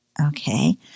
okay